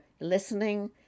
listening